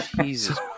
Jesus